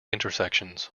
intersections